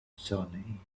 johnny